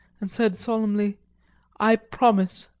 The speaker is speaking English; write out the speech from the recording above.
and said solemnly i promise!